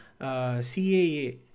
CAA